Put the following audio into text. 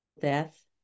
death